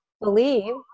believe